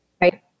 right